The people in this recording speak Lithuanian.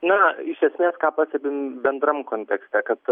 na iš esmės ką pastebim bendram kontekste kad